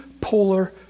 polar